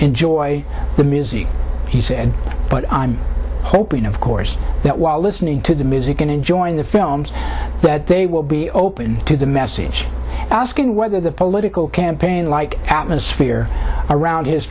enjoy the music he said but i'm hoping of course that while listening to the music and enjoying the films that they will be open to the message asking whether the political campaign like atmosphere around his